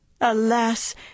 Alas